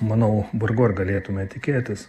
manau vargu ar galėtume tikėtis